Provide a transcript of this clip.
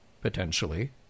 potentially